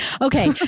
Okay